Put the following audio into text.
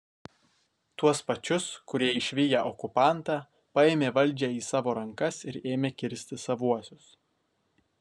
tuos pačius kurie išviję okupantą paėmė valdžią į savo rankas ir ėmė kirsti savuosius